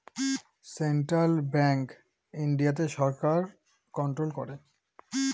central bank ইন্ডিয়াতে সরকার control করে